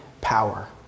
power